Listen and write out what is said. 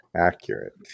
Accurate